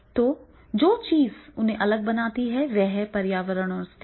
तो जो चीज उन्हें अलग बनाती है वह है पर्यावरण और स्थिति